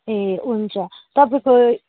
ए हुन्छ तपाईँको